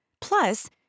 Plus